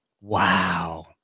Wow